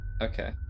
Okay